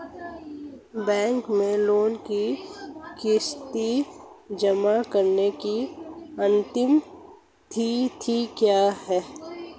Bank में loan की किश्त जमा कराने की अंतिम तिथि क्या है?